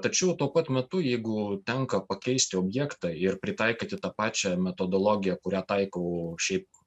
tačiau tuo pat metu jeigu tenka pakeisti objektą ir pritaikyti tą pačią metodologiją kurią taikau šiaip